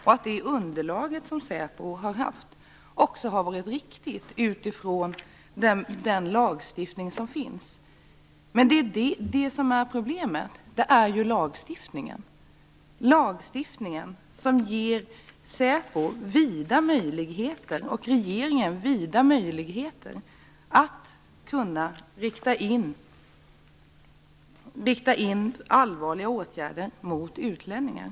Säpos underlag har också varit riktigt sett från den lagstiftning som finns. Det som är problemet är ju att lagstiftningen ger säpo och regeringen vida möjligheter att rikta allvarliga åtgärder mot utlänningar.